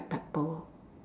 black pepper